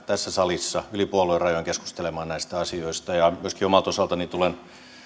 tässä salissa yli puoluerajojen keskustelemaan näistä asioista ja myöskin omalta osaltani tulen